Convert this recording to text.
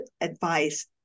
advice